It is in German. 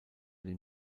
den